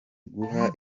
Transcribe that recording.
guha